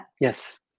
Yes